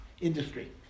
industry